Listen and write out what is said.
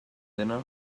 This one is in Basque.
dena